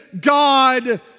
God